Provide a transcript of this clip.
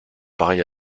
pareil